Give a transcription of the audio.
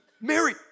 Mary